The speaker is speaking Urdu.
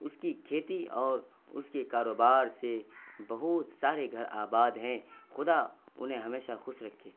اس کی کھیتی اور اس کے کاروبار سے بہت سارے گھر آباد ہیں خدا انہیں ہمیشہ خوش رکھے